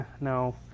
no